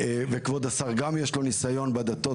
וכבוד השר גם יש לו ניסיון בדתות,